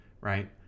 Right